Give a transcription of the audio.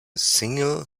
single